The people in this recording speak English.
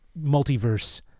Multiverse